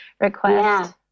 request